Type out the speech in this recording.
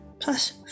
Plus